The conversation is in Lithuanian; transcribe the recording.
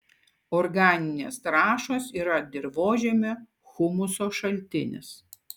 organinės trąšos yra dirvožemio humuso šaltinis